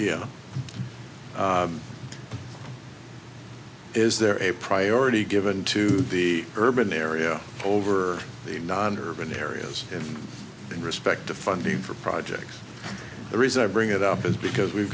and is there a priority given to the urban area over the non urban areas and in respect of funding for projects the reason i bring it up is because we've